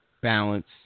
balance